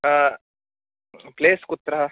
place कुत्र